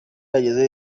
ageza